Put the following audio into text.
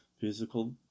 physical